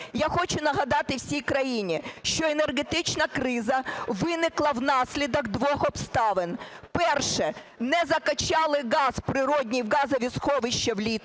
Я хочу нагадати всій країні, що енергетична криза виникла внаслідок двох обставин. Перше. Не закачали газ природний в газові сховища влітку,